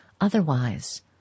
Otherwise